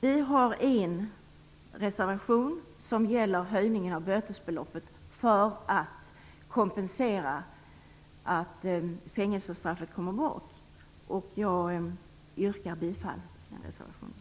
Vi har en reservation som gäller höjning av bötesbeloppet för att kompensera att fängelsestraffet försvinner. Jag yrkar bifall till reservationen.